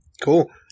Cool